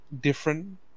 different